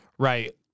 Right